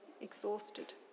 exhausted